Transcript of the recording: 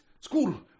school